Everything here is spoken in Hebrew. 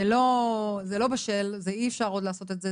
זה לא בשל, אי אפשר עוד לעשות את זה.